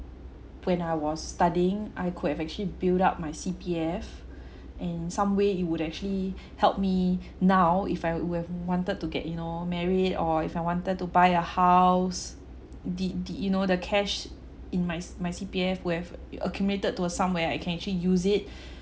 when I was studying I could have actually build up my C_P_F and some way it would have actually help me now if I would have wanted to get you know married or if I wanted to buy a house the the you know the cash in my C my C_P_F would have accumulated to a sum where I can actually use it